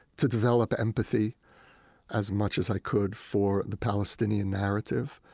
to develop empathy as much as i could for the palestinian narrative,